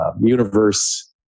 universe